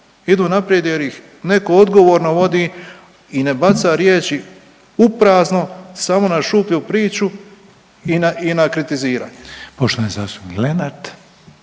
Idu naprijed jer ih netko odgovorno vodi i ne baca riječi uprazno samo na šuplju priču i na i na kritiziranje.